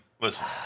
listen